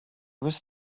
was